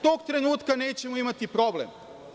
Tog trenutka nećemo imati problem.